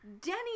Denny